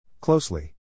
Closely